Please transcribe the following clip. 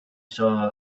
saw